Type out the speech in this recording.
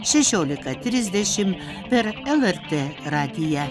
šešiolika trisdešim per lrt radiją